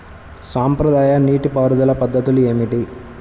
సాంప్రదాయ నీటి పారుదల పద్ధతులు ఏమిటి?